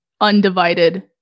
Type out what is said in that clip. undivided